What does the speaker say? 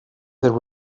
there